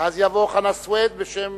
ואז יבוא חנא סוייד בשם